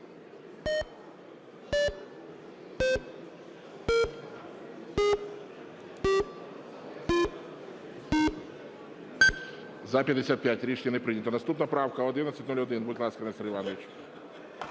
За-55 Рішення не прийнято. Наступна правка 1101. Будь ласка, Нестор Іванович.